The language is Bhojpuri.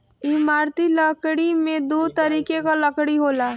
इमारती लकड़ी में दो तरीके कअ लकड़ी होला